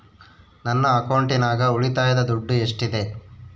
ನನ್ನ ಅಕೌಂಟಿನಾಗ ಉಳಿತಾಯದ ದುಡ್ಡು ಎಷ್ಟಿದೆ?